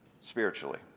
spiritually